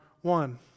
one